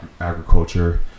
agriculture